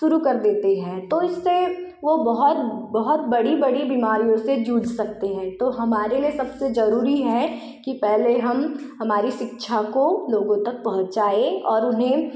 शुरू कर देते हैं तो इससे वो बहुत बहुत बड़ी बड़ी बीमारियों से जुड़ सकते हैं तो हमारे लिए सब से ज़रूरी है कि पहले हम हमारी शिक्षा को लोगों तक पहुंचाए और उन्हें